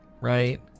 right